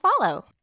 follow